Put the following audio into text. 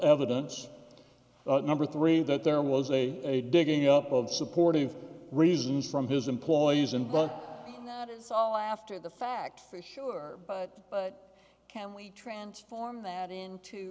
evidence number three that there was a a digging up of supportive reasons from his employees and but it's all after the fact for sure but but can we transform that into